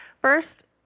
First